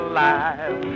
Alive